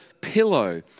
pillow